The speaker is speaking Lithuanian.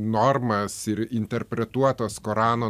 normas ir interpretuotos korano